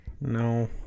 No